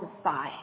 spy